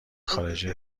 خارجه